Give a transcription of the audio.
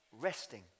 resting